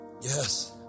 Yes